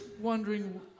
wondering